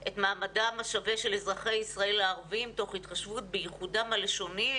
השווה של אזרחי ישראל הערבים תוך התחשבות בייחודם הלשוני,